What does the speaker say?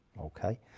Okay